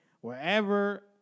wherever